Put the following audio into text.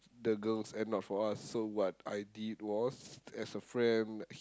the girls and not for us so what I did was as a friend